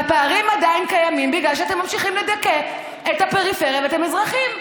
והפערים עדיין קיימים בגלל שאתם ממשיכים לדכא את הפריפריה ואת המזרחים.